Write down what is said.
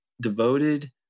devoted